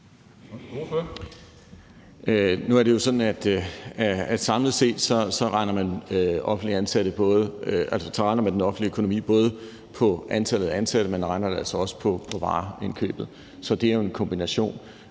Nu er det jo sådan, at man samlet set både beregner den offentlige økonomi ud fra antallet af ansatte, men altså også ud fra vareindkøbet. Så det er jo en kombination.